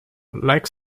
like